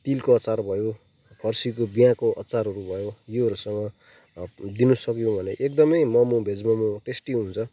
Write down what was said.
तिलको अचार भयो फर्सीको बियाँको अचारहरू भयो योहरूसँग दिनु सक्यौँ भने एकदमै मोमो भेज मोमो टेस्टी हुन्छ